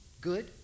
good